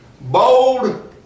bold